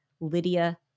Lydia